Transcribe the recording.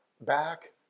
back